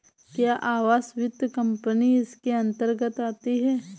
क्या आवास वित्त कंपनी इसके अन्तर्गत आती है?